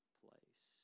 place